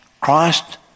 Christ